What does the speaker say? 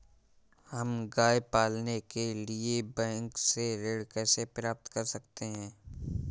हम गाय पालने के लिए बैंक से ऋण कैसे प्राप्त कर सकते हैं?